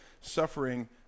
Suffering